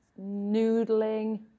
noodling